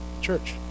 Church